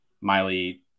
Miley –